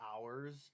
hours